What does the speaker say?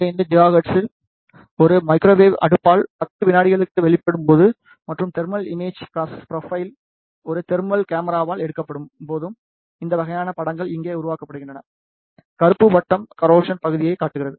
45 ஜிகாஹெர்ட்ஸில் ஒரு மைக்ரோவேவ் அடுப்பால் 10 விநாடிகளுக்கு வெளிப்படும் போதும் மற்றும் தெர்மல் இமேஜ் ப்ரொபைல் ஒரு தெர்மல் கேமராவால் எடுக்கப்படும் போதும் இந்த வகையான படங்கள் இங்கே உருவாக்கப்படுகின்றன கருப்பு வட்டம் கரோசன் பகுதியைக் காட்டுகிறது